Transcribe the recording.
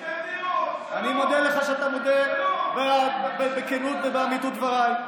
אני מודה לך שאתה מודה בכנות ובאמיתות דבריי.